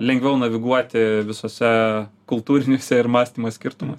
lengviau naviguoti visose kultūrinėse ir mąstymo skirtumuose